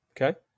Okay